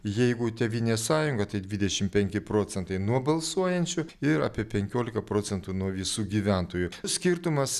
jeigu tėvynės sąjunga tai dvidešim penki procentai nuo balsuojančių ir apie penkiolika procentų nuo visų gyventojų skirtumas